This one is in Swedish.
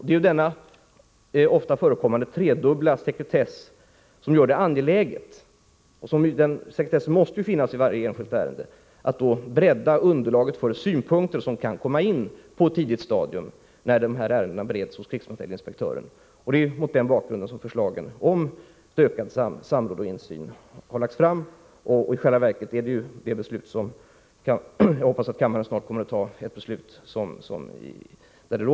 Det är denna ofta förekommande tredubbla sekretess — som måste finnas i varje enskilt ärende — som gör det angeläget att bredda underlaget för synpunkter som kan komma in på ett tidigt stadium när de här ärendena bereds hos krigsmaterielinspektören. Det är mot denna bakgrund som förslaget om ökat samråd och insyn har lagts fram. Och det råder i själva verket stor enighet om det mesta i det beslut som jag hoppas att kammaren snart kommer att fatta.